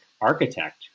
architect